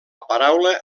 paraula